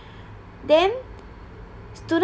then students